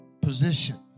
position